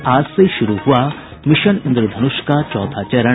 और आज से शुरू हुआ मिशन इंद्रधनुष का चौथा चरण